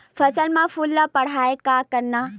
फसल म फूल ल बढ़ाय का करन?